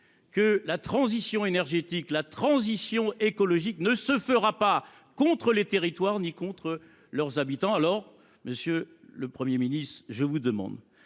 que la transition énergétique et la transition écologique ne se feront pas contre les territoires ni contre leurs habitants. Monsieur le Premier ministre, je vous demande